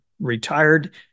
retired